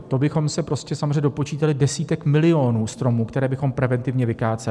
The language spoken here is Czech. To bychom se prostě samozřejmě dopočítali desítek milionů stromů, které bychom preventivně vykáceli.